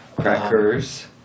crackers